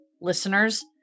listeners